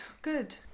Good